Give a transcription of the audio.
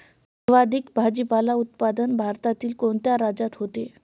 सर्वाधिक भाजीपाला उत्पादन भारतातील कोणत्या राज्यात होते?